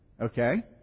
Okay